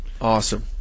Awesome